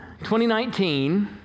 2019